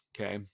okay